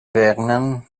vehrehan